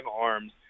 arms